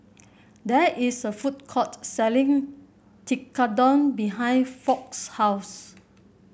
there is a food court selling Tekkadon behind Foch's house